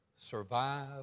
survive